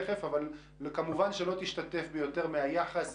אבל כמובן שלא תשתתף ביותר מהיחס שנקבע.